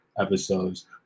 episodes